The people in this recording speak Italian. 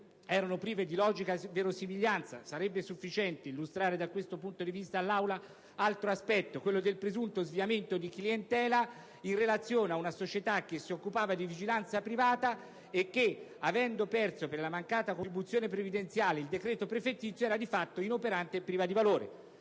erano prive di logica e verosimiglianza - sarebbe sufficiente illustrare da questo punto di vista all'Aula (altro aspetto) il presunto sviamento di clientela in relazione ad una società che si occupava di vigilanza privata e che, avendo perso per la mancata contribuzione previdenziale, il decreto prefettizio era di fatto inoperante e privo di valore